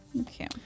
Okay